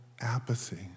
apathy